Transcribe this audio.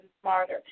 smarter